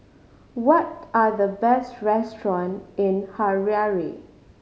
what are the best restaurants in Harare